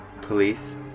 police